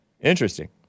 Interesting